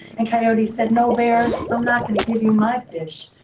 and coyote said, no, bear. i'm not going to give you my fish,